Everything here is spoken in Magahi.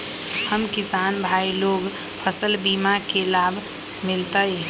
हम किसान भाई लोग फसल बीमा के लाभ मिलतई?